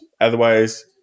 Otherwise